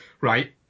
right